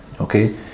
Okay